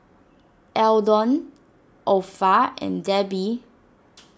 Eldon Orpha and Debi